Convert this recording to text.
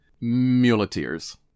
Muleteers